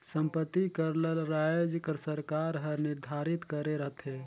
संपत्ति कर ल राएज कर सरकार हर निरधारित करे रहथे